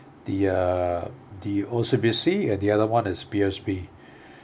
the uh the O_C_B_C and the other one is P_O_S_B